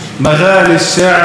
אבי דיכטר,